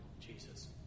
Jesus